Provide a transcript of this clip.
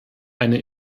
eine